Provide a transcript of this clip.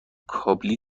کابلی